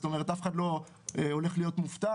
זאת אומרת אף אחד לא הולך להיות מופתע,